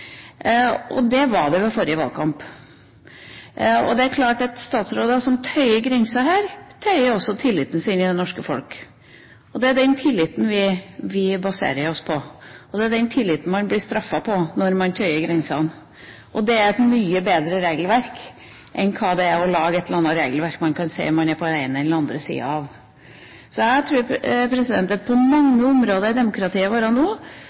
og slik var det ved forrige valgkamp. Det er klart at statsråder som tøyer grenser her, tøyer også tilliten sin i det norske folk. Det er den tilliten vi baserer oss på, og det er den tilliten man blir straffet i forhold til når man tøyer grensene. Det er et mye bedre «regelverk» enn det er å lage et eller annet regelverk som man kan si man er på den ene eller andre siden av. På mange områder i demokratiet vårt nå